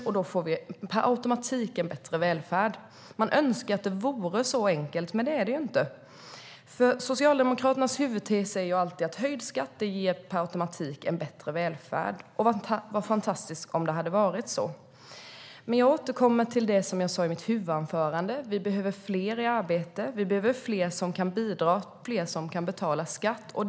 Då får vi per automatik en bättre välfärd. Man önskar att det vore så enkelt, men det är det inte. Socialdemokraternas huvudtes är alltid att höjd skatt per automatik ger en bättre välfärd. Vad fantastiskt om det hade varit så! Jag återkommer till det som jag sa i mitt huvudanförande, nämligen att vi behöver fler i arbete, fler som kan bidra och fler som kan betala skatt.